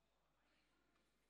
זוהר, מצביע מיקי